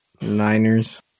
Niners